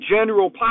general